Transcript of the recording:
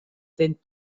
sind